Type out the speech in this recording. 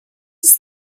ist